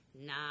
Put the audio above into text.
Nah